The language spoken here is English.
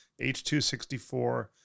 h264